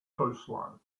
coastline